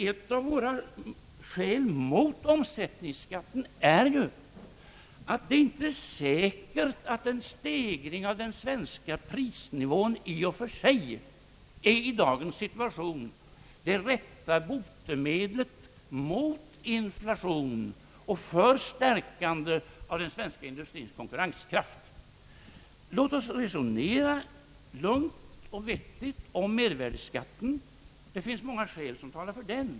Ett av våra skäl mot mervärdeskatt är att det inte är säkert att en höjning av den svenska prisnivån i dagens situation är det rätta botemedlet mot inflation och för stärkande av den svenska industriens konkurrenskraft. Låt oss resonera lugnt och vettigt om mervärdeskatten. Många skäl talar för den.